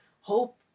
hope